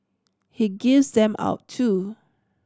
he gives them out too